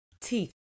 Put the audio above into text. teeth